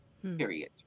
Period